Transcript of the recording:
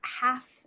half